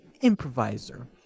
improviser